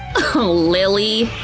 oh, lily!